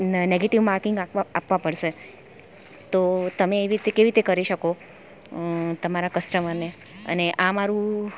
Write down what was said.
negative marking આપવાં પડશે તો તમે એવી રીતે કેવી રીતે કરી શકો તમારાં કસ્ટમરને અને આ મારું